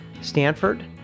Stanford